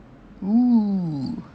oo